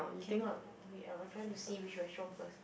cannot wait I trying to see which restaurant first